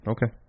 Okay